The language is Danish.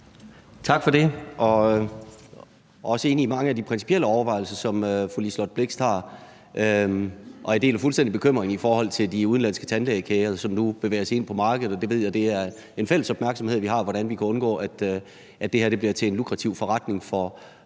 Tak for det. Jeg er også enig i mange af de principielle overvejelser, som fru Liselott Blixt har, og jeg deler fuldstændig bekymringen i forhold til de udenlandske tandlægekæder, som nu bevæger sig ind på markedet, og jeg ved, at det er en fælles opmærksomhed, vi har, altså hvordan vi kan undgå, at det her bliver til en lukrativ forretning for